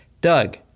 Doug